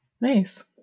Nice